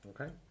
Okay